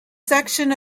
section